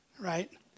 right